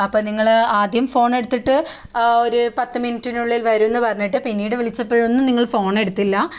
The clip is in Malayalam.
അപ്പം നിങ്ങൾ ആദ്യം ഫോൺ എടുത്തിട്ട് ഒരു പത്ത് മിനിറ്റിനുള്ളിൽ വരും എന്ന് പറഞ്ഞിട്ട് പിന്നീട് വിളിച്ചപ്പഴൊന്നും നിങ്ങൾ ഫോൺ എടുത്തില്ല